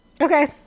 Okay